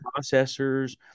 processors